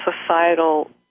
societal